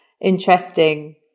interesting